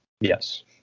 Yes